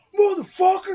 motherfucker